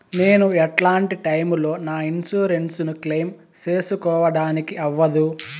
నేను ఎట్లాంటి టైములో నా ఇన్సూరెన్సు ను క్లెయిమ్ సేసుకోవడానికి అవ్వదు?